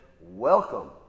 Welcome